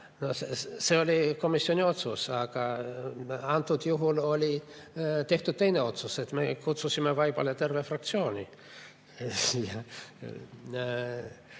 see oli komisjoni otsus. Aga antud juhul tehti teine otsus. Me kutsusime vaibale terve fraktsiooni